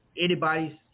anybody's